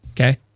okay